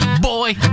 boy